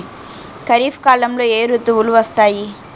ఖరిఫ్ కాలంలో ఏ ఋతువులు వస్తాయి?